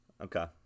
Okay